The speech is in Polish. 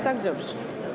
Tak? Dobrze.